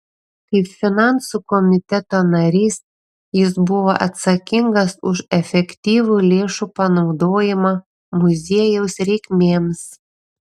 kaip finansų komiteto narys jis buvo atsakingas už efektyvų lėšų panaudojimą muziejaus reikmėms